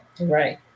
Right